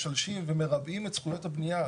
משלשים ומרבעים את זכויות הבנייה.